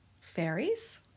fairies